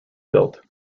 built